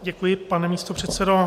Děkuji, pane místopředsedo.